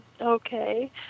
Okay